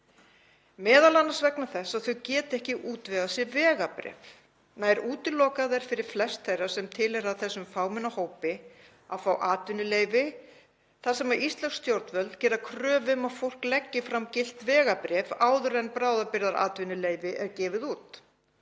heim, m.a. vegna þess að það getur ekki útvegað sér vegabréf. Nær útilokað er fyrir flest þeirra sem tilheyra þessum fámenna hópi að fá atvinnuleyfi þar sem íslensk stjórnvöld gera kröfu um að fólk leggi fram gilt vegabréf áður en bráðabirgðaatvinnuleyfi er gefið út.